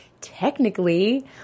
technically